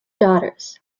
daughters